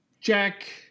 Jack